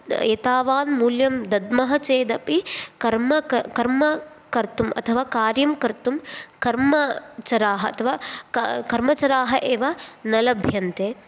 एतावान्मूल्यं दद्मः चेदपि कर्म कर्म कर्तुम् अथवा कार्यं कर्तुं कर्मचराः अथवा क कर्मचराः एव न लभ्यन्ते